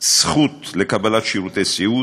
זכות לקבלת שירותי סיעוד.